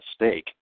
mistake